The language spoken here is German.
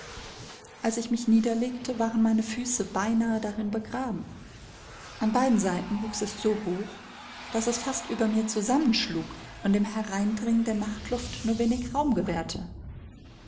als ich mich niederlegte waren meine füße beinahe darin begraben an beiden seiten wuchs es so hoch daß es fast über mir zusammenschlug und dem hereindringen der nachtluft nur wenig raum gewährte